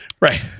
Right